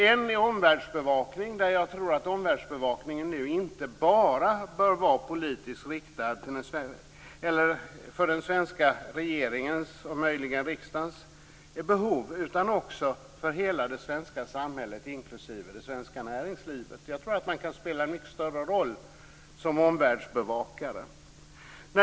En uppgift är omvärlsbevakning, och den bör inte bara vara avsedd för den svenska regeringens och riksdagens behov, utan också för hela det svenska samhällets inklusive det svenska näringslivets behov. Jag tror att man kan spela en mycket större roll som omvärldsbevakare.